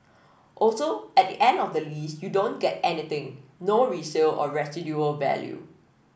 also at the end of the lease you don't get anything no resale or residual value